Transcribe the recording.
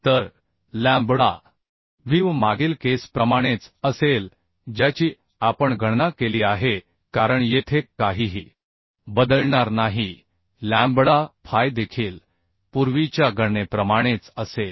तर lambda VV मागील case प्रमाणेच असेल ज्याची आपण गणना केली आहे कारण येथे काहीही बदलणार नाही लॅम्बडा फाय देखील पूर्वीच्या गणनेप्रमाणेच असेल